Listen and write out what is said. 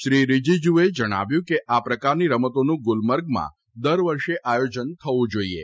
શ્રી રિજીજુએ જણાવ્યું હતું કે આ પ્રકારની રમતોનું ગુલમર્ગમાં દર વર્ષે આયોજન થવું જોઇએ